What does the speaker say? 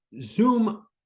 Zoom